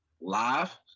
live